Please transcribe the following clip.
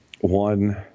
One